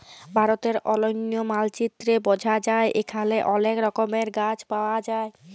ভারতের অলন্য মালচিত্রে বঝা যায় এখালে অলেক রকমের গাছ পায়া যায়